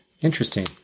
interesting